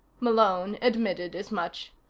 malone admitted as much.